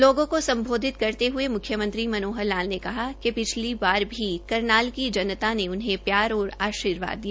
लोगों को सम्बोधित करते हये मुख्यमंत्री मनोहर लाल ने कहा कि पिछली बार श्री करनाल की जनता ने उन्हें प्यार और आर्शीवाद दिया